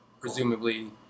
presumably